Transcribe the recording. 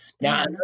Now